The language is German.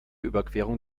überquerung